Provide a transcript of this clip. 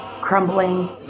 crumbling